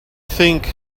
think